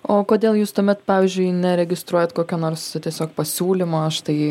o kodėl jūs tuomet pavyzdžiui neregistruojat kokio nors tiesiog pasiūlymo štai